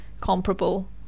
comparable